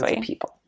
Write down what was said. people